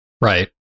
right